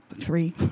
three